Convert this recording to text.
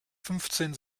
fünfzehn